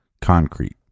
concrete